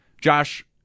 Josh